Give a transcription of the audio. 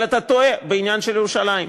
אבל אתה טועה בעניין של ירושלים,